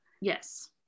Yes